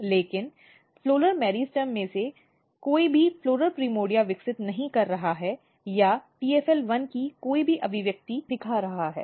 लेकिन floral meristem में से कोई भी फ़्लॉरल प्राइमोर्डियाfloral primordia विकसित नहीं कर रहा है या TFL1 की कोई भी अभिव्यक्ति दिखा रहा है